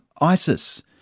ISIS